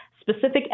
specific